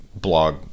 blog